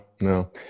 no